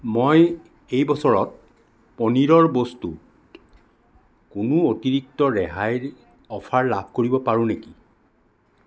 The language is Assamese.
মই এই বছৰত পনীৰৰ বস্তুত কোনো অতিৰিক্ত ৰেহাইৰ অফাৰ লাভ কৰিব পাৰোঁ নেকি